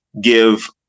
give